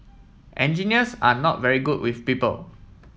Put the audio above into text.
engineers are not very good with people